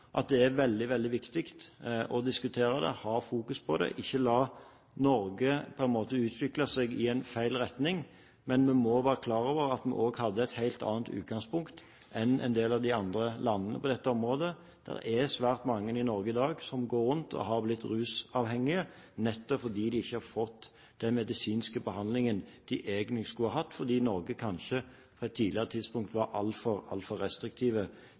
at det er veldig, veldig viktig å diskutere dette, ha fokus på det, ikke la Norge på en måte utvikle seg i feil retning. Men vi må være klar over at vi også hadde et helt annet utgangspunkt enn en del andre land på dette området. Det er svært mange i Norge i dag som går rundt og har blitt rusmiddelavhengig nettopp fordi de ikke har fått den medisinske behandlingen de egentlig skulle ha hatt, fordi Norge kanskje på et tidligere tidspunkt var altfor